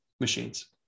machines